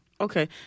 Okay